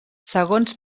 segons